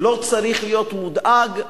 לא צריך להיות מודאג,